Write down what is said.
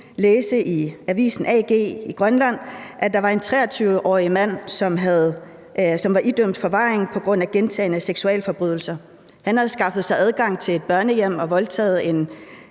læse i avisen AG, at der var en 23-årig mand, som var idømt forvaring på grund af gentagne seksualforbrydelser. Han havde skaffet sig adgang til et børnehjem og begået et